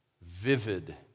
vivid